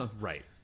Right